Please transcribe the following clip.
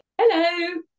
Hello